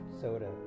soda